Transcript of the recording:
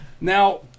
Now